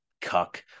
cuck